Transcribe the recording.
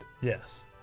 Yes